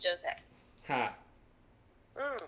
ha